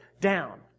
down